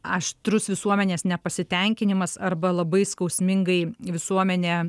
aštrus visuomenės nepasitenkinimas arba labai skausmingai visuomenė